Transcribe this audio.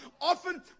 Often